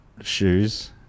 shoes